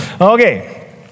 Okay